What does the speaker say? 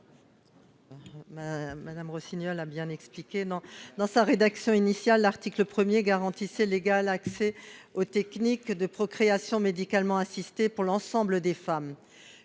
l'amendement n° 262 rectifié. Dans sa rédaction initiale, l'article 1 garantissait l'égal accès aux techniques de procréation médicalement assistée pour l'ensemble des femmes,